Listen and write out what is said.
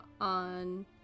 on